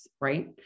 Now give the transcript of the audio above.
right